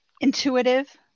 intuitive